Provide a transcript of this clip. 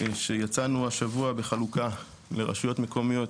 יצאנו השבוע בחלוקה לרשויות מקומיות